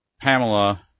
Pamela